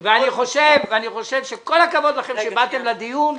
-- ואני חושב שכל הכבוד לכם שבאתם לדיון,